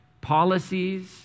policies